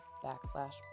backslash